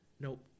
Nope